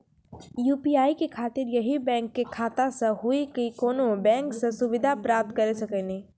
UPI के खातिर यही बैंक के खाता से हुई की कोनो बैंक से सुविधा प्राप्त करऽ सकनी?